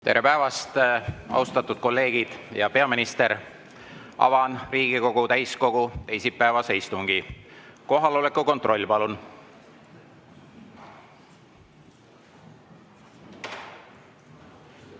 Tere päevast, austatud kolleegid! Hea peaminister! Avan Riigikogu täiskogu teisipäevase istungi. Kohaloleku kontroll, palun!